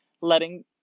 letting